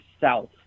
south